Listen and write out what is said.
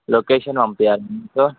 location పంపించాలా మీకు